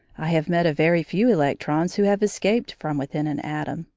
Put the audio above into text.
i have met a very few electrons who have escaped from within an atom,